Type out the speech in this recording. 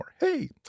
Hey